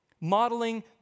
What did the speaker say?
modeling